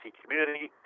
community